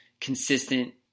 consistent